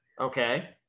Okay